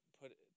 put